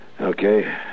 Okay